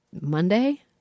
Monday